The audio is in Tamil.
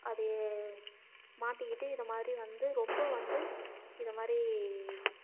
அது மாட்டிகிட்டு இதைமாரி வந்து ரொம்ப வந்து இதைமாரி